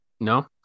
No